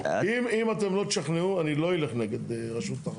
אם אתם לא תשכנעו, אני לא אלך נגד רשות התחרות.